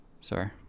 Sorry